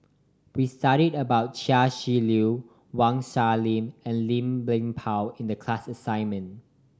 we studied about Chia Shi Lu Wang Sha and Lim Chuan Poh in the class assignment